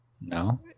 no